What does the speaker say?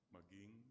Maging